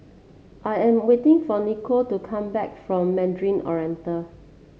I am waiting for Nikole to come back from Mandarin Oriental